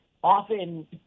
Often